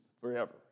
forever